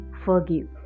forgive